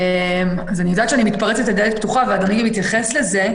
אני יודעת שאני מתפרצת לדלת פתוחה ואדוני גם התייחס לזה,